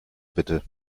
bitte